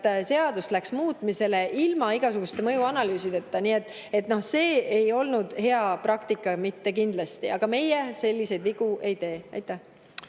seadust läks muutmisele ilma igasuguste mõjuanalüüsideta. See ei olnud hea praktika, kindlasti mitte. Aga meie selliseid vigu ei tee. Aitäh!